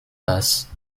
bass